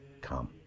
come